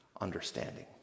understanding